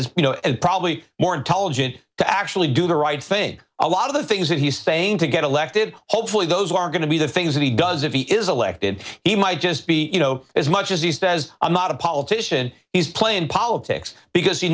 as you know and probably more intelligent to actually do the right thing a lot of the things that he's saying to get elected hopefully those are going to be the things that he does if he is elected he might just be you know as much as he says i'm not a politician he's playing politics because he